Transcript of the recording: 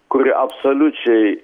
kuri absoliučiai